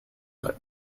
that